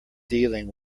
dealing